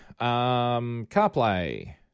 CarPlay